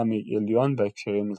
אסלאמי עליון בהקשרים מלחמתיים.